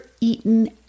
eaten